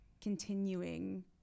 continuing